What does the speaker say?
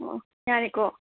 ꯑꯣ ꯑꯣ ꯌꯥꯔꯦꯀꯣ